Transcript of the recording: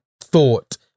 thought